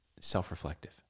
self-reflective